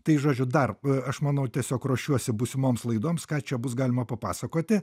tai žodžiu dar aš manau tiesiog ruošiuosi būsimoms laidoms ką čia bus galima papasakoti